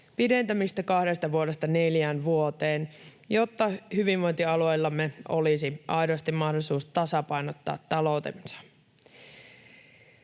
pidentämistä kahdesta vuodesta neljään vuoteen, jotta hyvinvointialueillamme olisi aidosti mahdollisuus tasapainottaa taloutensa.